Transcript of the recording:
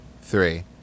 three